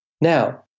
Now